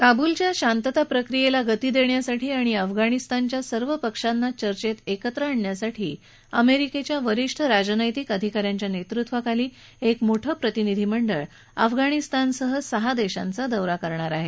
काबूलच्या शांतता प्रक्रियेला गती देण्यासाठी आणि अफगाणिस्तानच्या सर्व पक्षांना चर्चेसाठी एकत्र आणण्यासाठी अमेरिकेच्या वरिष्ठ राजनैतिक अधिकाऱ्यांच्या नेतृत्वाखाली एक मोठं प्रतिनिधिनंडळ अफगाणिस्तानसह सहा देशांचा दौरा करणार आहे